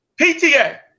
PTA